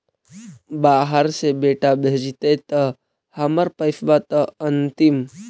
बाहर से बेटा भेजतय त हमर पैसाबा त अंतिम?